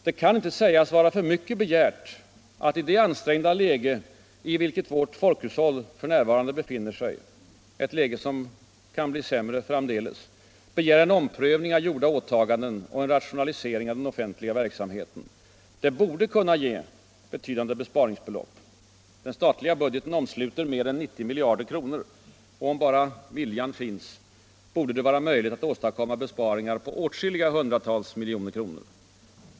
Det kan inte sägas vara för mycket begärt att i det ansträngda läge i vilket vårt folkhushåll f. n. befinner sig — ett läge som kan bli ännu sämre framdeles — begära en omprövning av gjorda åtaganden och en rationalisering av den offentliga verksamheten. Det borde kunna ge betydande besparingsbelopp. Den statliga budgeten omsluter mer än 90 miljarder kronor. Om bara viljan finns, borde det vara möjligt att åstadkomma besparingar på åtskilliga hundratals miljoner kronor.